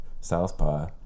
southpaw